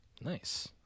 nice